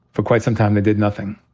for quite some time, they did nothing.